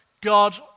God